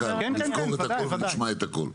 תזכור את הכול, נשמע את הכול.